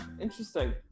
interesting